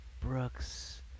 Brooks